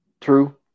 True